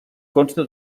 consta